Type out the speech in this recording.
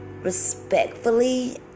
respectfully